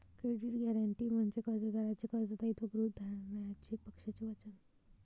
credit guarantee म्हणजे कर्जदाराचे कर्ज दायित्व गृहीत धरण्याचे पक्षाचे वचन